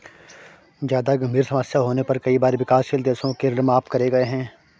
जादा गंभीर समस्या होने पर कई बार विकासशील देशों के ऋण माफ करे गए हैं